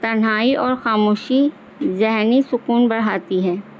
تنہائی اور خاموشی ذہنی سکون بڑھاتی ہے